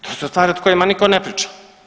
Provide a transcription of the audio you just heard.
To su stvari o kojima nitko ne priča.